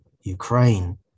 Ukraine